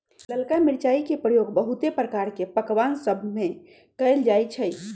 ललका मिरचाई के प्रयोग बहुते प्रकार के पकमान सभमें कएल जाइ छइ